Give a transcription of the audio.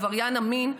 עבריין המין,